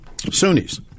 Sunnis